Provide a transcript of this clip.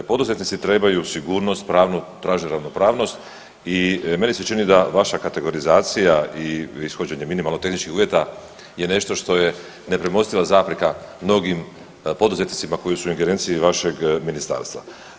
Poduzetnici trebaju sigurnost, pravnu traže ravnopravnost i meni se čini da vaša kategorizacija i ishođenje minimalno tehničkih uvjeta je nešto što je nepremostiva zapreka mnogim poduzetnicima koji su u ingerenciji vašeg ministarstva.